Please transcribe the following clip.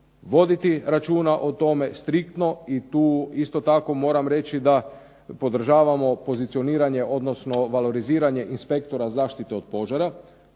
voditi računa o tome striktno i tu isto tako moram reći da podržavamo pozicioniranje, odnosno valoriziranje inspektora zaštite od požara.